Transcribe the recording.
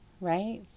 right